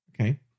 Okay